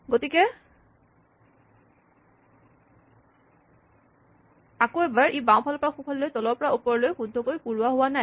গতিকে আকৌ এবাৰ ই বাওঁফালৰ পৰা সোঁফাললৈ তলৰ পৰা ওপৰলৈ শুদ্ধকৈ পুৰোৱা হোৱা নাই